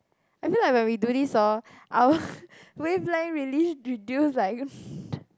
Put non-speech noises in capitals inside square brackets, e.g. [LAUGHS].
I mean like when we like do this orh our [LAUGHS] wavelength really reduce like [LAUGHS]